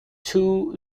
two